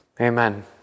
amen